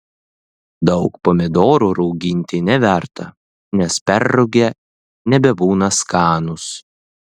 daug pomidorų rauginti neverta nes perrūgę nebebūna skanūs